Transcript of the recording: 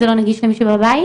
אז זה לא נגיש למי שבבית.